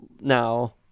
now